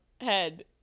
head